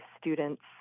students